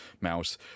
mouse